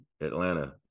Atlanta